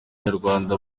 abanyarwanda